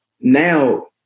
now